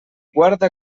guarda